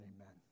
Amen